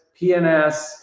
PNS